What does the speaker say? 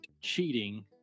cheating